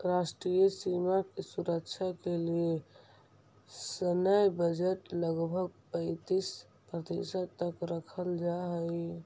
राष्ट्रीय सीमा के सुरक्षा के लिए सैन्य बजट लगभग पैंतीस प्रतिशत तक रखल जा हई